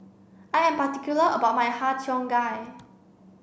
I am particular about my Har Cheong Gai